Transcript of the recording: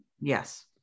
Yes